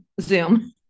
Zoom